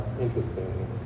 interesting